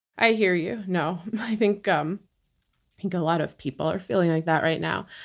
i hear you. no, i think um think a lot of people are feeling like that right now.